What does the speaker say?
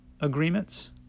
agreements